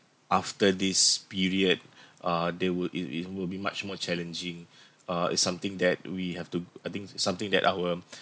after this period uh they would it it would be much more challenging uh it's something that we have to I think something that our